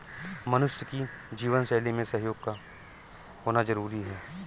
मनुष्य की जीवन शैली में सहयोग का होना जरुरी है